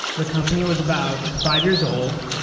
the company was about five-years-old.